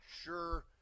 sure